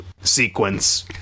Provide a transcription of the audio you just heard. sequence